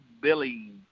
Billy